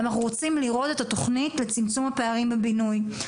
אנחנו רוצים לראות את התוכנית לצמצום הפערים בבינוי.